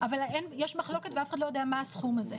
אבל יש מחלוקת ואף אחד לא יודע מה הסכום הזה.